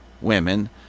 women